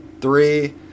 Three